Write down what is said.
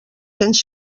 cents